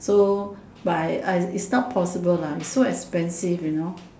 so by I it's not possible lah it's so expensive you know